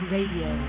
Radio